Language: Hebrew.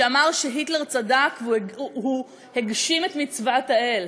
שאמר שהיטלר צדק והוא הגשים את מצוות האל,